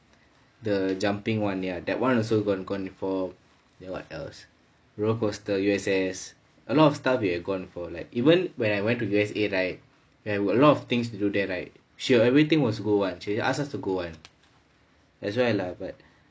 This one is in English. the jumping [one] ya that [one] also gone gone for then what else roller coaster U_S_S a lot of stuff we had gone for like even when I went to U_S_A right and a lot of things to do there right she will everything must go [one] she will ask us to go and that's why lah but